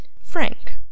Frank